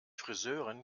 friseurin